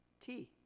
t.